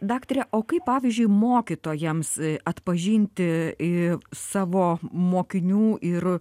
daktare o kaip pavyzdžiui mokytojams atpažinti savo mokinių ir